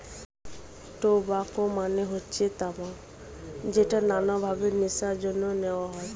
tobacco মানে হচ্ছে তামাক যেটা নানান ভাবে নেশার জন্য নেওয়া হয়